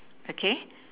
okay